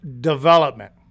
Development